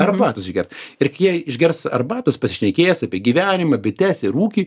arbatos išgert ir kai jie išgers arbatos pasišnekės apie gyvenimą bites ir ūkį